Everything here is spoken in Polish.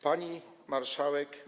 Pani Marszałek!